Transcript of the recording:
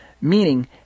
Meaning